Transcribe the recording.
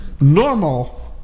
normal